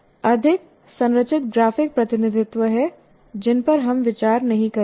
अधिक संरचित ग्राफिक प्रतिनिधित्व हैं जिन पर हम विचार नहीं करेंगे